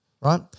right